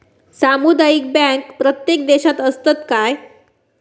सामुदायिक बँक प्रत्येक देशात असतत काय?